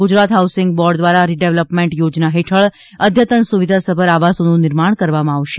Gujarat housing board દ્વારા redevelopment યોજના હેઠળ અધ્યત્તન સુવિધાસભર આવાસોનું નિર્માણ કરવા માં આવશે